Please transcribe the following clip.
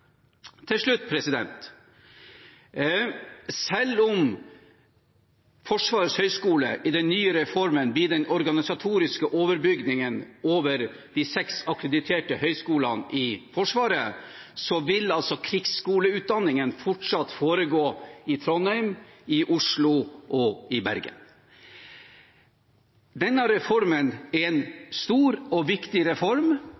Til slutt: Selv om Forsvarets høgskole i den nye reformen blir den organisatoriske overbygningen over de seks akkrediterte høyskolene i Forsvaret, vil krigsskoleutdanningen fortsatt foregå i Trondheim, Oslo og Bergen. Denne reformen er en stor og viktig reform,